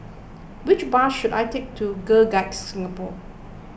which bus should I take to Girl Guides Singapore